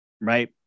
right